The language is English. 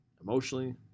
emotionally